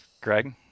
Greg